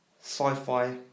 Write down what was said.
sci-fi